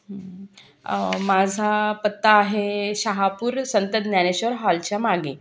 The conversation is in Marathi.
माझा पत्ता आहे शहापूर संत ज्ञानेश्वर हॉलच्या मागे